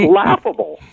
laughable